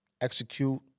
execute